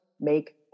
make